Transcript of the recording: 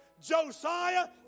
Josiah